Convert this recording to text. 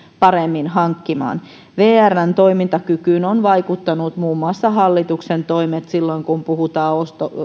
paremmin hankkimaan vrn toimintakykyyn ovat vaikuttaneet muun muassa hallituksen toimet silloin kun puhutaan